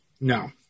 No